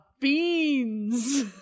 beans